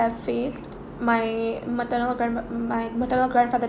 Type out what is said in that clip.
~ve faced my maternal grandma~ my maternal grandfather